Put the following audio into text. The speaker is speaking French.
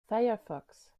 firefox